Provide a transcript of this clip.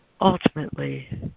ultimately